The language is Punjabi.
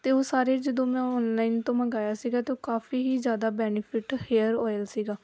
ਅਤੇ ਉਹ ਸਾਰੇ ਜਦੋਂ ਮੈਂ ਔਨਲਾਈਨ ਤੋਂ ਮੰਗਵਾਇਆ ਸੀਗਾ ਤਾਂ ਉਹ ਕਾਫੀ ਹੀ ਜ਼ਿਆਦਾ ਬੈਨੀਫਿਟ ਹੇਅਰ ਓਇਲ ਸੀਗਾ